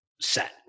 set